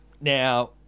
Now